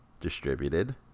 distributed